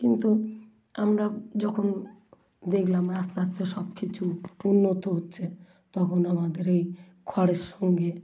কিন্তু আমরা যখন দেকলাম আস্তে আস্তে সব কিছু উন্নত হচ্ছে তখন আমাদের এই খড়ের সঙ্গে